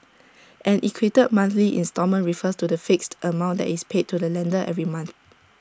an equated monthly instalment refers to the fixed amount that is paid to the lender every month